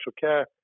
care